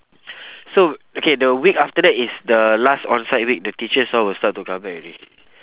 so okay the week after that is the last on-site week the teachers all will start to come back already